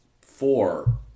four